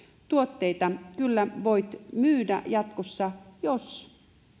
tuotteita kyllä voit myydä jatkossa jos